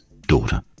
daughter